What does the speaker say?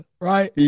right